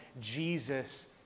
Jesus